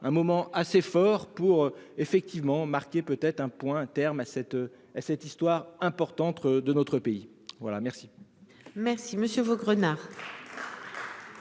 un moment assez fort pour effectivement marqué peut-être un point un terme à cette. Cette histoire importante de notre pays. Voilà, merci. Merci monsieur Vaugrenard.